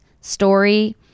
story